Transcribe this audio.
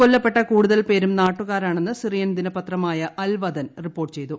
കൊല്ലപ്പെട്ട കൂടുതൽ പേരും നാട്ടുകാരാണെന്ന് സിറിയൻ ദിനപത്രമായ അൽ വതൻ റിപ്പോർട്ട് ചെയ്തു